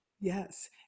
yes